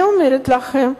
אני אומרת לכם,